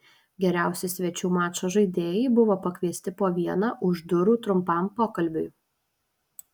geriausi svečių mačo žaidėjai buvo pakviesti po vieną už durų trumpam pokalbiui